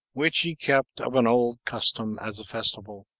which he kept of an old custom as a festival,